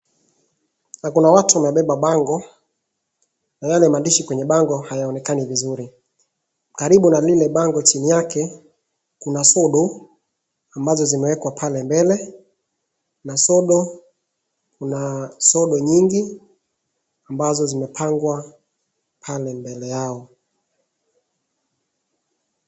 Kuna watu wamebeba bango na yale maandishi kwenye bango hayaonekani vizuri. Karibu na lile bango chini yake kuna sodo ambazo zimeekwa pale mbele. Kuna sodo ambazo zimepangwa pale mbele yao.